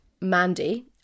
Mandy